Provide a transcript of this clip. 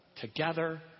together